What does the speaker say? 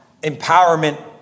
empowerment